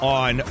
on